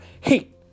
Hate